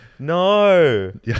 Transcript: No